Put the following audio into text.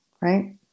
right